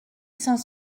saint